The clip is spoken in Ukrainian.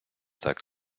так